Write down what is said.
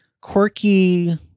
quirky